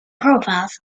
profiles